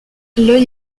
l’œil